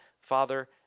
Father